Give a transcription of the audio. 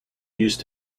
used